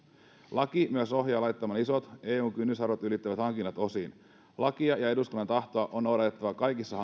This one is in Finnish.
laki myös ohjaa laittamaan isot eun kynnysarvot ylittävät hankinnat osiin lakia ja eduskunnan tahtoa on noudatettava kaikissa